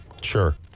Sure